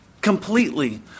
Completely